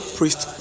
Priest